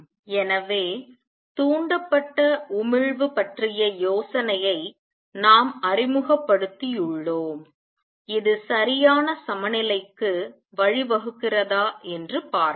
எனவே தூண்டப்பட்ட உமிழ்வு பற்றிய யோசனையை நாம் அறிமுகப்படுத்தியுள்ளோம் இது சரியான சமநிலைக்கு வழிவகுக்கிறதா என்று பார்ப்போம்